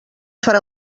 farà